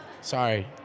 Sorry